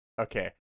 Okay